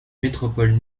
métropole